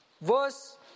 verse